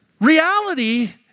Reality